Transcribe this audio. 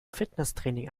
fitnesstraining